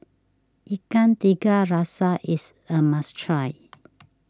Ikan Tiga Rasa is a must try